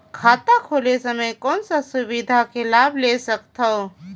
खाता खोले समय कौन का सुविधा के लाभ ले सकथव?